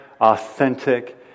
authentic